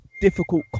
difficult